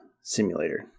Simulator